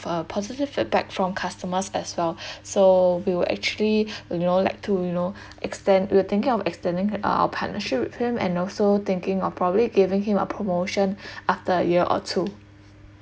uh positive feedback from customers as well so we will actually you know like to you know extend we're thinking of extending uh our partnership with him and also thinking of probably giving him a promotion after a year or two